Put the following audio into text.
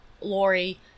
Lori